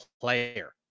Player